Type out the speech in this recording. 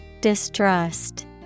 Distrust